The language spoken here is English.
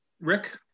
Rick